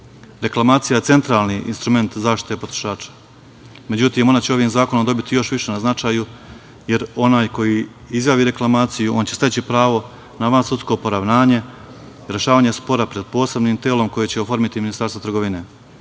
itd. Reklamacija je centralni instrument zaštite potrošača. Međutim, ona će ovim zakonom dobiti još više na značaju, jer onaj koji izjavi reklamaciju on će steći pravo na vansudsko poravnanje i rešavanje spora pred posebnim telom koje će oformiti Ministarstvo trgovine.